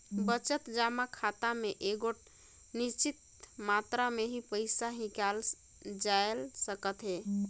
बचत जमा खाता में एगोट निच्चित मातरा में ही पइसा हिंकालल जाए सकत अहे